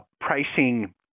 pricing